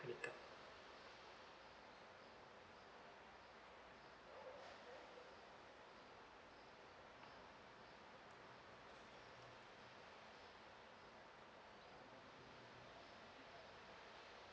credit card